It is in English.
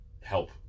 help